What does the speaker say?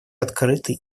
открытый